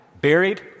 buried